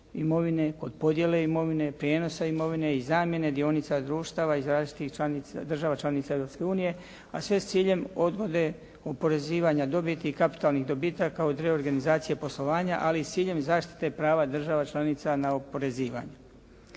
kod podjele imovine, prijenosa imovine i zamjene dionica društava iz različitih država članica Europske unije a sve s ciljem odgode oporezivanja dobiti i kapitalnih dobitaka od reorganizacije poslovanja ali s ciljem zaštite prava država članica na oporezivanje.